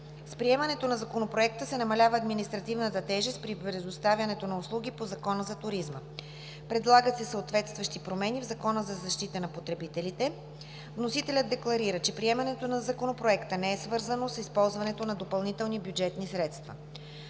С приемането на Законопроекта се намалява административната тежест при предоставянето на услуги по Закона за туризма. Предлагат се съответстващи промени в Закона за защита на потребителите. Вносителят декларира, че приемането на Законопроекта не е свързано с използването на допълнителни бюджетни средства.